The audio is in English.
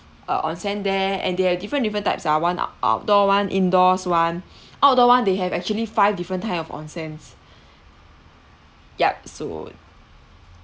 uh onsen there and there are different different types ah one ah outdoor [one] indoors [one] outdoor [one] they have actually five different type of onsens yup so